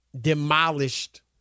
demolished